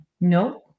No